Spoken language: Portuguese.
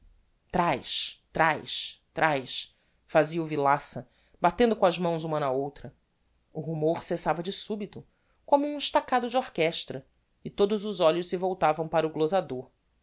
trás trás trás fazia o villaça batendo com as mãos uma na outra o rumor cessava de subito como um estacado de orchestra e todos os olhos se voltavam para o glosador